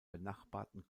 benachbarten